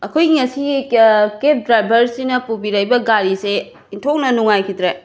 ꯑꯩꯈꯣꯢꯒꯤ ꯉꯁꯤ ꯀꯦ ꯀꯦꯞ ꯗ꯭ꯔꯥꯏꯕꯔꯁꯤꯅ ꯄꯨꯕꯤꯔꯛꯏꯕ ꯒꯥꯔꯤꯁꯤ ꯑꯣꯟꯊꯣꯛꯅ ꯅꯨꯉꯥꯏꯈꯤꯗ꯭ꯔꯦ